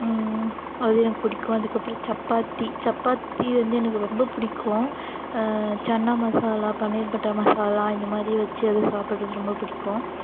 அது எனக்கு பிடிக்கும் அதுக்கு அப்புறம் சப்பாத்தி சப்பாத்தி வந்து எனக்கு ரொம்ப பிடிக்கும் சன்னா மசாலா பனீர் பட்டர் மசாலா இந்த மாதிரி வச்சு அதை சாப்பிடுறது ரொம்ப பிடிக்கும்